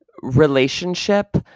Relationship